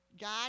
God